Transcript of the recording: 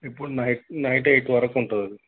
ఇప్పుడు night night eight వరకు ఉంటుందది